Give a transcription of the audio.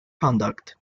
conduct